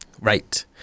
Right